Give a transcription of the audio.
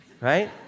right